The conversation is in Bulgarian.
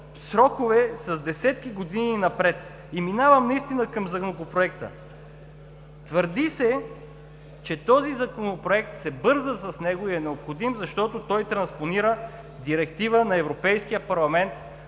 срокове с десетки години напред. И минавам наистина към Законопроекта. Твърди се, че със Законопроекта се бърза и е необходим, защото транспонира Директива на Европейския парламент,